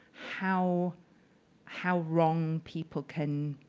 how how wrong people can